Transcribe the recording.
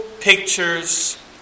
pictures